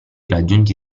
raggiunti